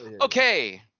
Okay